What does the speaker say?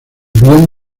bien